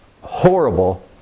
horrible